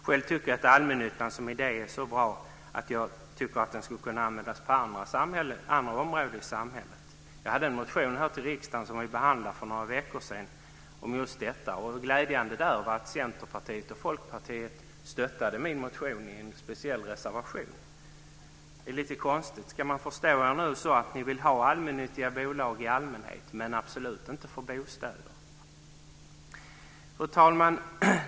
Själv tycker jag att allmännyttan som idé är så bra att den skulle kunna användas på andra områden i samhället. Jag har väckt en motion som vi behandlade för några veckor sedan om just detta. Glädjande var att Centerpartiet och Folkpartiet stöttade min motion i en speciell reservation. Det är lite konstigt, men ska man nu förstå er på ett sådant sätt att ni vill ha allmännyttiga bolag i allmänhet men absolut inte för bostäder? Fru talman!